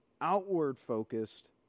outward-focused